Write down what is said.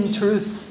truth